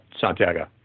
Santiago